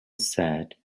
said